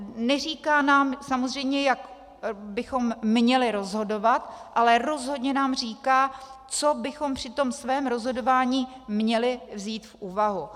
Neříká nám samozřejmě, jak bychom měli rozhodovat, ale rozhodně nám říká, co bychom při svém rozhodování měli vzít v úvahu.